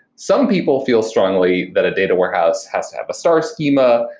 some people feel strongly that a data warehouse has to have a star schema,